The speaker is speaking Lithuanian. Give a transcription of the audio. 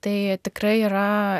tai tikrai yra